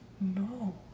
No